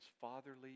fatherly